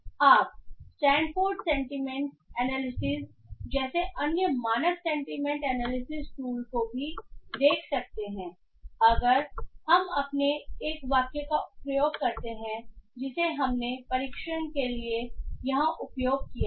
आप Stanford sentiment analysis जैसे अन्य मानक सेंटीमेंट एनालिसिस टूल को भी देख सकते हैं अगर हम अपने एक वाक्य का प्रयोग करते हैं जिसे हमने परीक्षण के लिए यहाँ उपयोग किया है